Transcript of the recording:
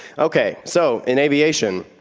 okay, so in aviation,